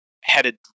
headed